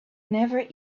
never